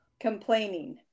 Complaining